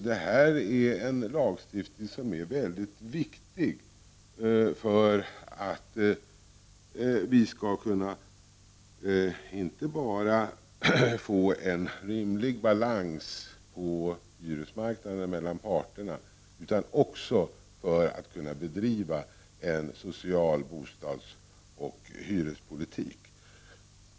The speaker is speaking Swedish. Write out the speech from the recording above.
Det är en lagstiftning som är mycket viktig för att vi skall kunna inte bara få till stånd en rimlig balans mellan parterna på hyresmarknaden utan också bedriva en social bostadsoch hyrespolitik.